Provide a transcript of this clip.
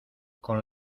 con